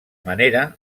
manera